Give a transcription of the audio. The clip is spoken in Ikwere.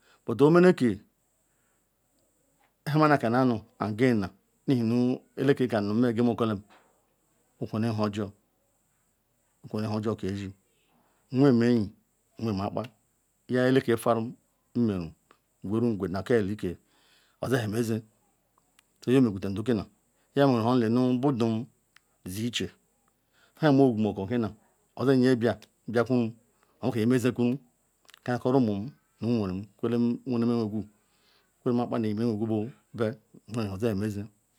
but omeleke nha mana kanu anu angena ihe nu eleka kanunu nu ma genem ofele nhujor ofele nhujor kezi nwen enyi nwen akpa yakpo eleke farumerume gweru qwedakieli owen hamezi yekpo nhe meguten dukita obu nha meru nu badu dieche, hamowogu mako kiya owenye bia, biakuru oweko nye mezikuru karukor rumu nu nweren kwelem wene me wegu kwule akpa nu enyi mewegu ve odahamezi.